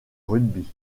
rugby